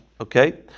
okay